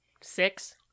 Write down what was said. six